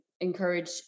encourage